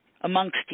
Amongst